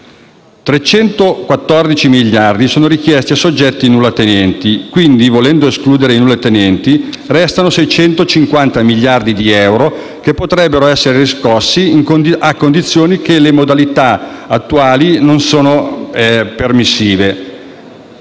314 miliardi sono richiesti a soggetti nullatenenti. Quindi, volendo escludere i nullatenenti, restano 650 miliardi di euro che potrebbero essere riscossi, a condizione che le modalità siano effettivamente